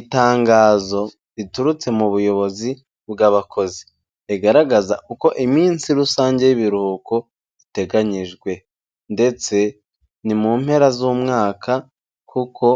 Itangazo riturutse mu buyobozi bw'abakozi, rigaragaza uko iminsi rusange y'ibiruhuko iteganyijwe ndetse ni mu mpera z'umwaka kuko